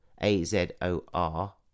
A-Z-O-R